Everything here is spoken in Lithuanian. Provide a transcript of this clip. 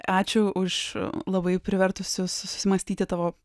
ačiū už labai privertusiu susimąstyti tavo